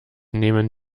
nehmen